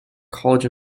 college